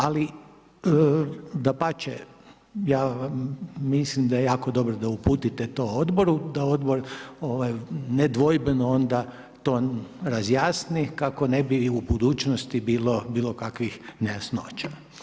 Ali, dapače, mislim da je jako dobro da to uputite odboru, da odbor, nedvojbeno onda to razjasni, kako ne bi u budućnosti bilo bilokakvih nejasnoća.